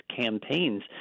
campaigns